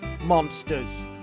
Monsters